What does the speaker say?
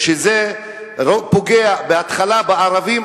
שזה רק פוגע בהתחלה בערבים,